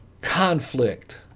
conflict